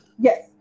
Yes